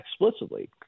explicitly